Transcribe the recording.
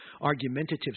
argumentative